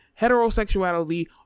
heterosexuality